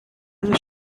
was